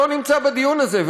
שלא נמצא בדיון הזה,